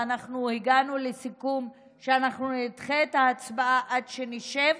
ואנחנו הגענו לסיכום שאנחנו נדחה את ההצבעה עד שנשב